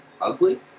ugly